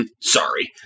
Sorry